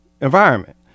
environment